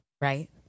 right